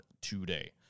today